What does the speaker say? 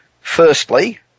Firstly